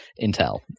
intel